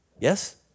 Yes